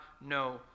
no